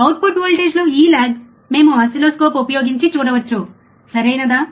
output వోల్టేజ్లో ఈ lag మేము ఓసిల్లోస్కోప్ ఉపయోగించి చూడవచ్చు సరియైనదా